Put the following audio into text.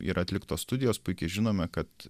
ir atliktos studijos puikiai žinome kad